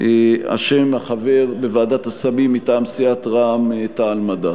שם החבר בוועדת הסמים מטעם סיעת רע"ם-תע"ל-מד"ע.